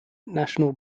national